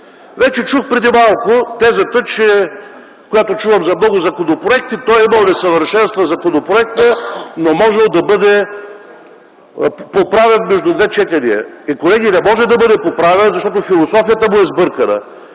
Вече чух преди малко тезата, която чувам за много законопроекти - че законопроектът имал несъвършенства, но можел да бъде поправен между две четения. Колеги, не може да бъде поправен, защото философията му е сбъркана.